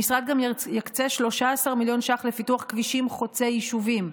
המשרד גם יקצה 13 מיליון ש"ח לפיתוח כבישים חוצי יישובים,